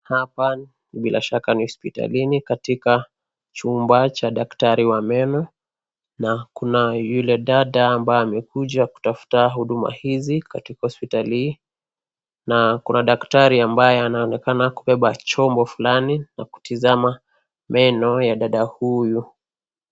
Hapa bila shaka ni hospitlini katika chumba cha daktari wa meno na kuna yule dada ambaye amekuja kutafuta huduma hizi katika hospitali hii na kuna daktari anayeonekana kubeba chombo fulani na kutizama meno ya dada huyu .